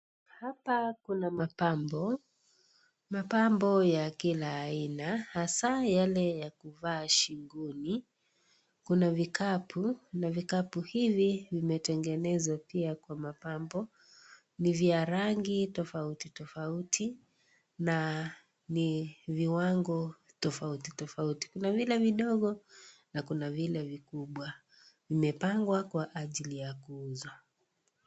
Hapa kuna mapambo, mapambo ya kila Aina hasa Yale ya kuvaa shingoni, kuna vikapu na vikapu hivi kimetengenezwa.pi kwa mapambo ni vya rangi tofauti tofauti na ni viwango tofauti tofauti ,kuna vile vidogo na kuna vile vikubwa. Vimepangwa kwa ajili ya kuuza.